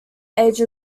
age